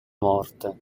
morte